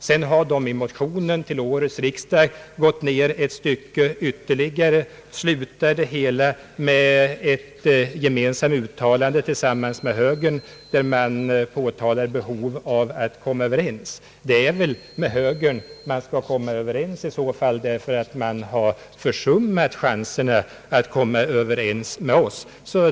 Sedan har de i en motion till årets riksdag gått ett stycke i motsatt riktning och slutar med ett gemensamt uttalande med högerpartiet, i vilket man påtalar behov av att komma överens. Det är väl i så fall med högerpartiet man skall komma överens, ty man har försummat möjligheterna att komma överens med oss.